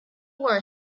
were